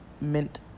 mint